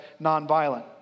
nonviolent